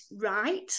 right